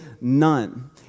none